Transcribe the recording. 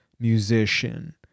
Musician